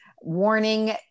Warning